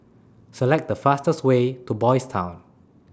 Select The fastest Way to Boys' Town